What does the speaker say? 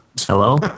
Hello